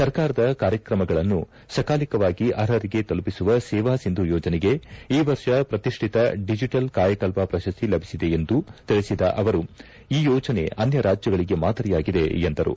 ಸರ್ಕಾರದ ಕಾರ್ಯಕ್ರಮಗಳನ್ನು ಸಕಾಲಿಕವಾಗಿ ಅರ್ಹರಿಗೆ ತಲುಪಿಸುವ ಸೇವಾ ಸಿಂಧು ಯೋಜನೆಗೆ ಈ ವರ್ಷ ಪ್ರತಿಷ್ಠತ ಡಿಜಿಟಲ್ ಕಾಯಕಲ್ಪ ಪ್ರಶಸ್ತಿ ಲಭಿಸಿದೆ ಎಂದು ತಿಳಿಸಿದ ಅವರು ಈ ಯೋಜನೆ ಅನ್ನ ರಾಜ್ಯಗಳಿಗೆ ಮಾದರಿಯಾಗಿದೆ ಎಂದರು